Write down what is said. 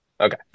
Okay